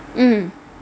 mm